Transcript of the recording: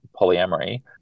polyamory